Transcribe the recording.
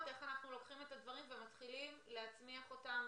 איך אנחנו לוקחים את הדברים ומתחילים להצניח אותם